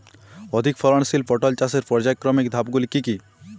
অধিক ফলনশীল পটল চাষের পর্যায়ক্রমিক ধাপগুলি কি কি?